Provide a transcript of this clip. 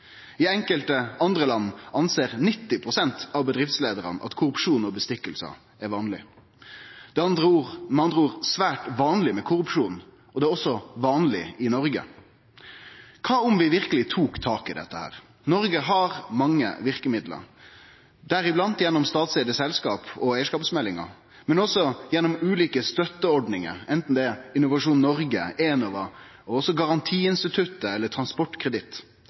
I enkelte andre land meiner 90 pst. av bedriftsleiarane at korrupsjon og stikkpengar er vanleg. Det er med andre ord svært vanleg med korrupsjon, og det er òg vanleg i Noreg. Kva om vi verkeleg tok tak i dette? Noreg har mange verkemiddel, deriblant gjennom statseigde selskap og eigarskapsmeldinga, men òg gjennom ulike støtteordningar, anten det er Innovasjon Noreg, Enova, Garantiinstituttet eller Transportkreditt.